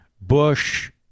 Bush